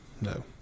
No